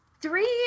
Three